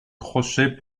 crochet